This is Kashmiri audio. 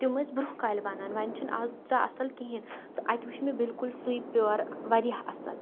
تِم ٲسۍ برٛونٛہہ کالہِ بنان وۄنۍ چھِنہٕ آز تیوٗتاہ اصل کہیٖنۍ تہِ اَتہِ وٕچھ مےٚ بالکُل سُے پیور واریاہ اصل